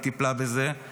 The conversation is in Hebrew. היא טיפלה והעבירה.